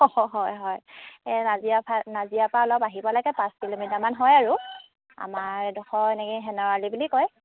হয় হয় এই নাজিৰা ফা নাজিৰা পৰা অলপ আহিব লাগে পাঁচ কিলোমিটাৰমান হয় আৰু আমাৰ এইডোখৰ এনেকৈ শেনৰ আলি বুলি কয়